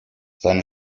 seine